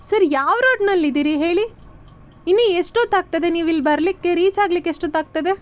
sir ಯಾವ ರೋಡ್ನಲ್ಲಿ ಇದ್ದೀರಿ ಹೇಳಿ ಇನ್ನೂ ಎಷ್ಟೊತ್ತು ಆಗ್ತದೆ ನೀವು ಇಲ್ಲಿ ಬರಲಿಕ್ಕೆ ರೀಚಾಗ್ಲಿಕ್ಕೆ ಎಷ್ಟೊತ್ತು ಆಗ್ತದೆ